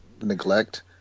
neglect